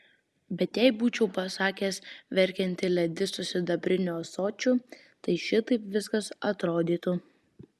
bet jei būčiau pasakęs verkianti ledi su sidabriniu ąsočiu tai šitaip viskas atrodytų